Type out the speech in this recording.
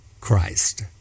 Christ